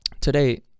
today